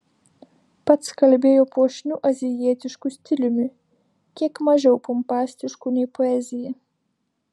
pats kalbėjo puošniu azijietišku stiliumi kiek mažiau pompastišku nei poezija